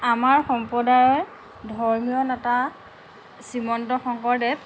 আমাৰ সম্প্ৰদায়ৰ ধৰ্মীয় নেতা শ্ৰীমন্ত শংকৰদেৱ